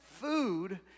food